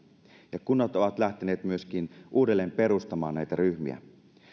ja kunnat ovat lähteneet myöskin uudelleen perustamaan näitä ryhmiä